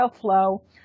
flow